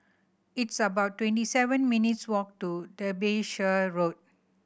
it's about twenty seven minutes' walk to Derbyshire Road